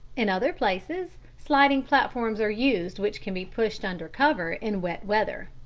in other places, sliding platforms are used which can be pushed under cover in wet weather.